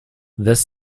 this